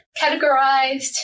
categorized